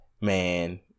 man